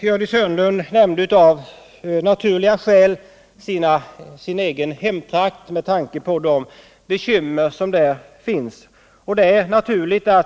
Gördis Hörnlund nämnde av naturliga skäl sin egen hemtrakt, med tanke på de bekymmer som där finns.